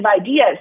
ideas